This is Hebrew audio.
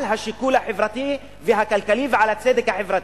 השיקול החברתי והכלכלי ועל הצדק החברתי.